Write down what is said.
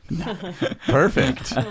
perfect